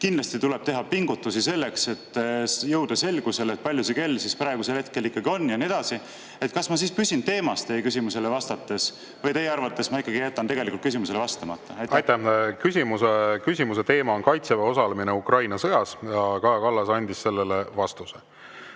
kindlasti tuleb teha pingutusi selleks, et jõuda selgusele, kui palju kell siis praegusel hetkel ikkagi on, ja nii edasi, kas ma siis püsin teemas teie küsimusele vastates või teie arvates ma ikkagi jätan tegelikult küsimusele vastamata? Aitäh! Küsimuse teema on Kaitseväe osalemine Ukraina sõjas ja Kaja Kallas andis selle kohta vastuse.